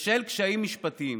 בשל קשיים משפטיים.